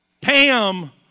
Pam